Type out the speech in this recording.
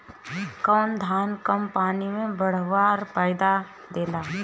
कौन धान कम पानी में बढ़या पैदावार देला?